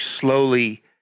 slowly